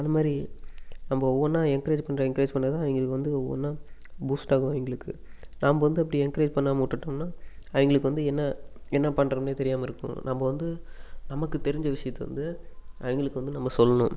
அந்த மாதிரி நம்ம ஒவ்வொன்ரா என்கரேஜ் பண்ண என்கரேஜ் பண்ண தான் இவங்களுக்கு வந்து ஒவ்வொன்றா பூஸ்ட்டாகும் எங்களுக்கு நாம் வந்து அப்படி என்கரேஜ் பண்ணாமல் விட்டுடோம்னா அவங்களுக்கு வந்து என்ன என்ன பண்றோம்னே தெரியாமல் இருக்கும் நம்ம வந்து நமக்கு தெரிஞ்ச விஷயத்த வந்து அவங்களுக்கு வந்து நம்ம சொல்லணும்